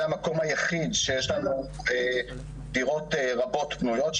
זה המקום היחיד שיש לנו דירות רבות פנויות.